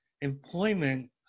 employment